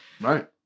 right